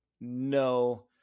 no